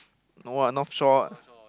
no lah North-Shore ah